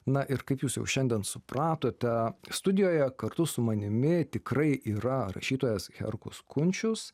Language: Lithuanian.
na ir kaip jūs jau šiandien supratote studijoje kartu su manimi tikrai yra rašytojas herkus kunčius